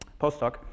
postdoc